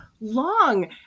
long